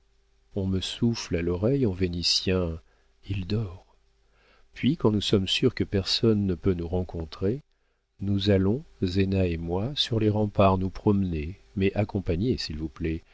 on me souffle à l'oreille en vénitien il dort puis quand nous sommes sûrs que personne ne peut nous rencontrer nous allons zéna et moi sur les remparts nous promener mais accompagnés s'il vous plaît